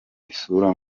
isura